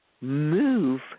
move